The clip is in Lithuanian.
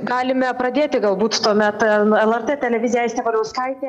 galime pradėti galbūt tuomet lrt televizija aistė valiauskaitė